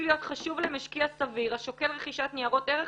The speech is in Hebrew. להיות חשוב למשקיע סביר השוקל רכישת ניירות ערך